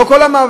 לא כל המעבידים,